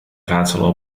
raadsel